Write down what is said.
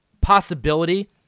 possibility